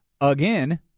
again